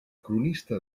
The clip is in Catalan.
cronista